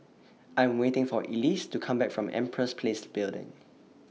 I Am waiting For Elyse to Come Back from Empress Place Building